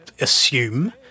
assume